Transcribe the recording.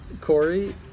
Corey